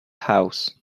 house